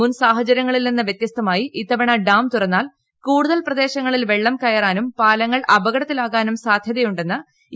മുൻസാഹചര്യങ്ങളിൽ നിന്ന് വൃത്യസ്തമായി ഇത്തവണ ഡാം തുറന്നാൽ കൂടുതൽ പ്രദേശങ്ങളിൽ വെള്ളം കയറാനും പാലങ്ങൾ അപകടത്തിലാകാനും സാധ്യത ഉണ്ടെന്ന് ഇ